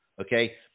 Okay